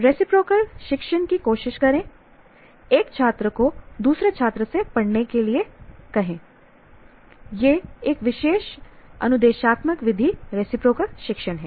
reciprocal शिक्षण की कोशिश करें एक छात्र को दूसरे छात्र से पढ़ाने के लिए कहे यह एक विशेष अनुदेशात्मक विधि रिसिप्रोकल शिक्षण है